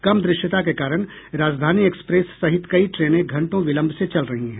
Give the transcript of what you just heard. कम दृश्यता के कारण राजधानी एक्सप्रेस सहित कई ट्रेनें घंटों विलंब से चल रही हैं